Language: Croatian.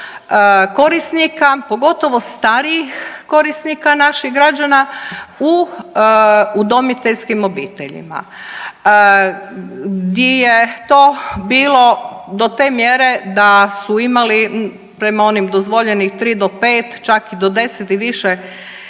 korisnika, pogotovo starijih korisnika naših građana u udomiteljskim obiteljima gdje je to bilo do te mjere da su imali prema onim dozvoljenih tri do pet čak i do 10 i više